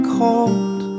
cold